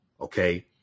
Okay